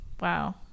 Wow